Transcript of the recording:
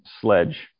sledge